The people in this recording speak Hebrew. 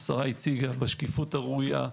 השרה הציגה בשקיפות הראויה.